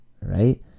right